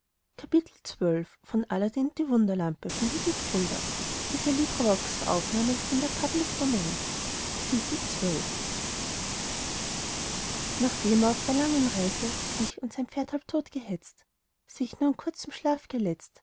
nachdem er auf der langen reise sich und sein pferd halb tot gehetzt sich nur an kurzem